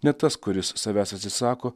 ne tas kuris savęs atsisako